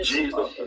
Jesus